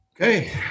Okay